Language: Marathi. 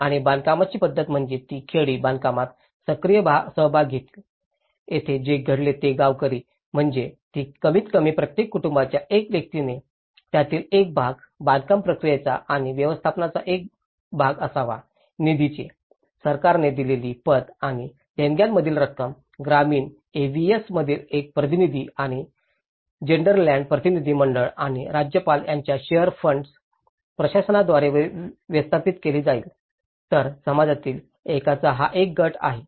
आणि बांधकामाची पद्धत म्हणजे ती खेडी बांधकामात सक्रिय सहभाग घेतील येथे जे घडले तेच गावकरी म्हणाले की कमीतकमी प्रत्येक कुटूंबाच्या एका व्यक्तीने त्यातील एक भाग बांधकाम प्रक्रियेचा आणि व्यवस्थापनाचा भाग असावा निधीचे सरकारने दिलेली पत आणि देणग्यांमधील रक्कम ग्रामीण एव्हीएस मधील एक प्रतिनिधी आणि गेलडरलँड प्रतिनिधी मंडळ आणि राज्यपाल यांच्या शेअर्स फंड प्रशासनाद्वारे व्यवस्थापित केली जाईल तर समाजातील एकाचा एक गट आहे